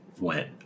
went